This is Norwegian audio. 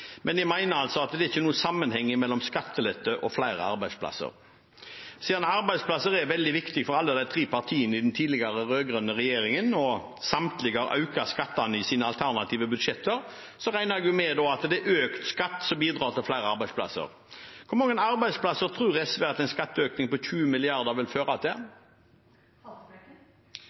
men de mener at det ikke er noen sammenheng mellom skattelette og flere arbeidsplasser. Siden arbeidsplasser er veldig viktig for alle de tre partiene i den tidligere, rød-grønne, regjeringen og samtlige har økt skattene i sine alternative budsjetter, regner jeg med at det er økt skatt som bidrar til flere arbeidsplasser. Hvor mange arbeidsplasser tror SV at en skatteøkning på 20 mrd. kr vil føre til?